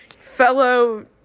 fellow